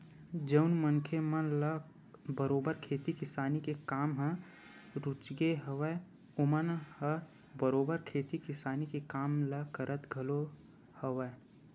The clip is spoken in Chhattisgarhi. जउन मनखे मन ल बरोबर खेती किसानी के काम ह रुचगे हवय ओमन ह बरोबर खेती किसानी के काम ल करत घलो हवय